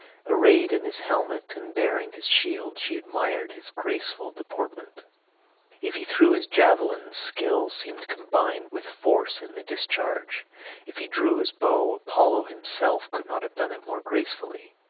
arrayed in his helmet, and bearing his shield, she admired his graceful deportment if he threw his javelin skill seemed combined with force in the discharge if he drew his bow apollo himself could not have done it more gracefully.